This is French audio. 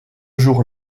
jour